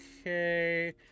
okay